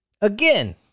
Again